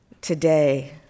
today